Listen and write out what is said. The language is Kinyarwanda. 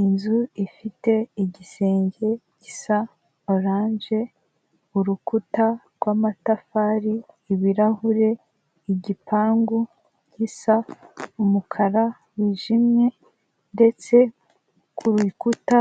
Inzu ifite igisenge gisa oranje, urukuta rw'amatafari , ibirahure, igipangu gisa umukara wijimye, ndetse ku rukuta